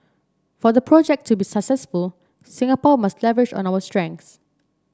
for the project to be successful Singapore must leverage on our strengths